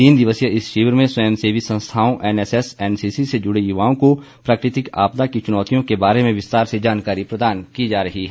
तीन दिवसीय इस शिविर में स्वयंसेवी संस्थाओं एनएसएस एनसीसी से जुड़े युवाओं को प्राकृतिक आपदा की चुनौतियों के बारे में विस्तार से जानकारी प्रदान की जा रही है